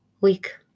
week